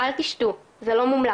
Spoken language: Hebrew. אל תשתו, זה לא מומלץ.